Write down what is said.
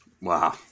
Wow